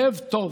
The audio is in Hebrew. לב טוב.